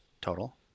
total